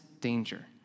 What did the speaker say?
danger